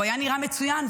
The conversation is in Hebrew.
והוא היה נראה מצוין,